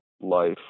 life